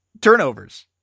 turnovers